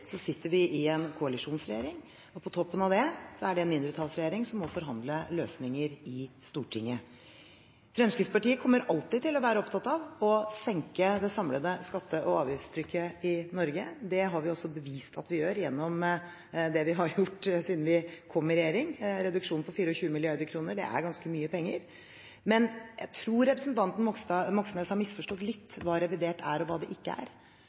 sitter vi i en koalisjonsregjering som – på toppen av det – er en mindretallsregjering som må forhandle frem løsninger i Stortinget. Fremskrittspartiet kommer alltid til å være opptatt av å senke det samlede skatte- og avgiftstrykket i Norge. Det har vi også bevist at vi gjør gjennom det vi har gjort siden vi kom i regjering – en reduksjon på 24 mrd. kr er ganske mye penger. Jeg tror representanten Moxnes har misforstått litt hva revidert er og hva det ikke er.